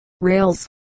rails